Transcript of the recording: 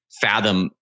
fathom